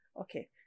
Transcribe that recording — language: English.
Okay